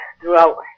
throughout